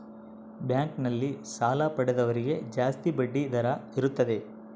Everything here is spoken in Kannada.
ಬ್ಯಾಂಕ್ ನಲ್ಲಿ ಸಾಲ ಪಡೆದವರಿಗೆ ಜಾಸ್ತಿ ಬಡ್ಡಿ ದರ ಇರುತ್ತದೆ